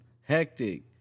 Hectic